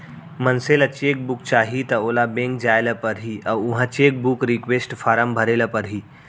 मनसे ल cheque book चाही त ओला बेंक जाय ल परही अउ उहॉं चेकबूक रिक्वेस्ट फारम भरे ल परही